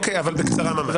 אוקי אבל בקצרה ממש.